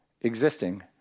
existing